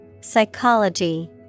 Psychology